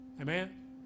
Amen